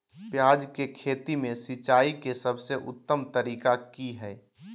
प्याज के खेती में सिंचाई के सबसे उत्तम तरीका की है?